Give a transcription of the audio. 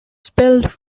spelled